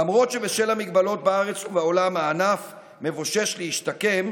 למרות שבשל המגבלות בארץ ובעולם הענף מבושש להשתקם,